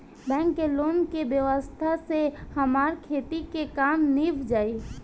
bank के loan के व्यवस्था से हमार खेती के काम नीभ जाई